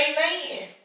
Amen